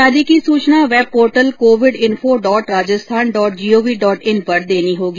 शादी की सुचना web portal covid info dot Rajasthan dot gov dot in पर देनी होगी